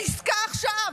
"עסקה עכשיו".